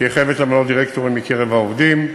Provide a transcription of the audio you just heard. תהיה חייבת למנות דירקטורים מקרב העובדים.